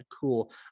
cool